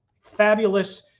fabulous